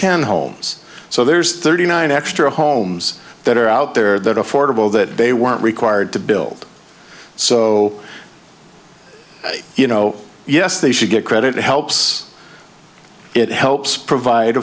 ten homes so there's thirty nine extra homes that are out there that are affordable that they weren't required to build so you know yes they should get credit it helps it helps provide